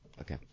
Okay